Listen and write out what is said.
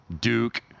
Duke